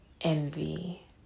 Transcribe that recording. Envy